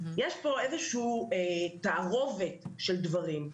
שקשורים למשטרה בנושא של הדיון הזה.